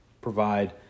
provide